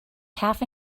half